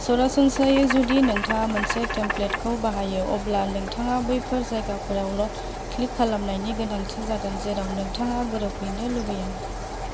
सरासनस्रायै जुदि नोंथाङा मोनसे टेमप्लेटखौ बाहायो अब्ला नोंथाङा बैफोर जायगाफोरावल' क्लिक खालामनायनि गोनांथि जागोन जेराव नोंथाङा गोरोबहोनो लुगैयो